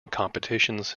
competitions